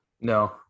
No